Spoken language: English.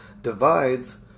divides